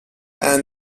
and